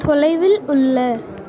தொலைவில் உள்ள